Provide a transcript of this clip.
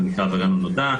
זה נקרא עבריין לא נודע,